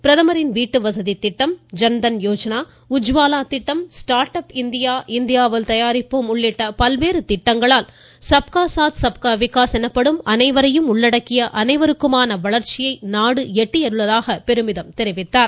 பிரதமரின் வீட்டுவசதி திட்டம் ஜன்தன் யோஜனா உஜ்வாலா திட்டம் ஸ்டாாட் அப் இந்தியா இந்தியாவில் தயாரிப்போம் உள்ளிட்ட பல்வேறு திட்டங்களால் சப் கா சாத் சப் கா விகாஸ் எனப்படும் அனைவரையும் உள்ளடக்கிய அனைவருக்குமான வளர்ச்சியை நாடு எட்டியுள்ளதாக பெருமிதம் தெரிவித்துள்ளார்